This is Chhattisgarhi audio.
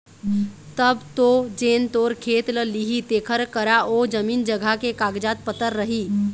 तब तो जेन तोर खेत ल लिही तेखर करा ओ जमीन जघा के कागज पतर रही